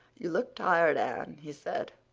you look tired, anne, he said.